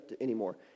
anymore